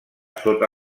sota